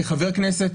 כחבר כנסת,